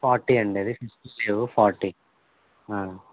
forty అండి అది fifty లేవు ఫార్టీ